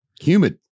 Humid